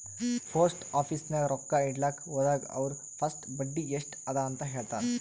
post office ನಾಗ್ ರೊಕ್ಕಾ ಇಡ್ಲಕ್ ಹೋದಾಗ ಅವ್ರ ಫಸ್ಟ್ ಬಡ್ಡಿ ಎಸ್ಟ್ ಅದ ಅಂತ ಹೇಳ್ತಾರ್